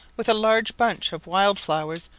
with a large bunch of wild flowers,